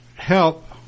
Help